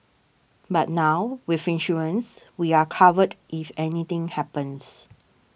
but now with insurance we are covered if anything happens